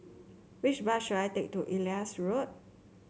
which bus should I take to Elias Road